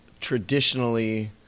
traditionally